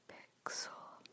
Pixel